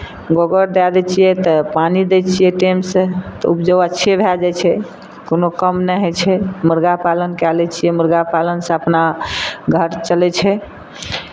गोबर दए दै छियै तऽ पानि दै छियै टाइमसँ तऽ उपजो अच्छे भए जाइ छै कोनो कम नहि होइ छै मुरगा पालन कए लै छियै मुरगा पालनसँ अपना घर चलै छै